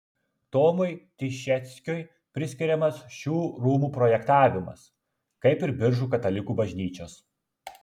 tomui tišeckiui priskiriamas šių rūmų projektavimas kaip ir biržų katalikų bažnyčios